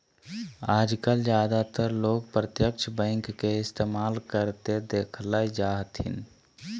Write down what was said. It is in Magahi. आजकल ज्यादातर लोग प्रत्यक्ष बैंक के इस्तेमाल करते देखल जा हथिन